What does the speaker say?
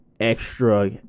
extra